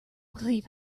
believe